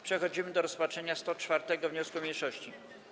Przechodzimy do rozpatrzenia 104. wniosku mniejszości.